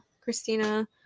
Christina